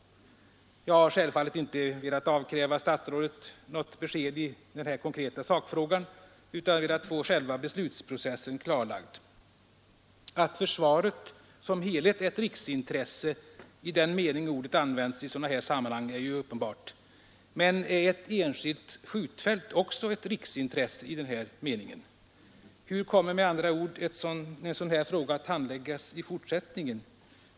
Jag har självfallet inte velat avkräva statsrådet något besked i den konkreta sakfrågan utan endast önskat få själva beslutsprocessen klarlagd. Att försvaret som helhet är ett riksintresse i den mening ordet används i sådana här sammanhang är uppenbart. Men är ett enskilt skjutfält också ett riksintresse i denna mening? Hur kommer med andra ord en sådan här fråga att handläggas i fortsättningen?